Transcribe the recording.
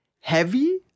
heavy